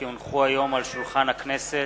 כי הונחו היום על שולחן הכנסת,